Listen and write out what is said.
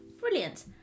brilliant